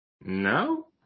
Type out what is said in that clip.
No